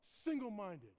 single-minded